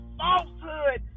falsehood